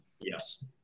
Yes